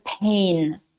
pain